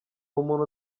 umuntu